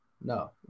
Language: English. No